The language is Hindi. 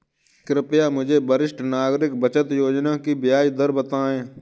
कृपया मुझे वरिष्ठ नागरिक बचत योजना की ब्याज दर बताएं